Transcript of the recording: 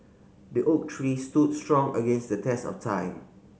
the oak tree stood strong against the test of time